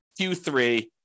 Q3